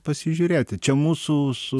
pasižiūrėti čia mūsų su